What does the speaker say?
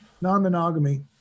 non-monogamy